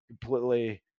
completely